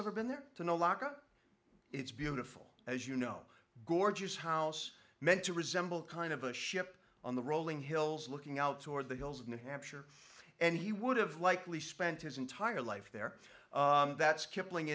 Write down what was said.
ever been there to know laca it's beautiful as you know gorgeous house meant to resemble kind of a ship on the rolling hills looking out toward the hills of new hampshire and he would have likely spent his entire life there that's kipling